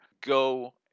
go